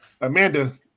Amanda